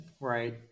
right